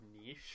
niche